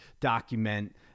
document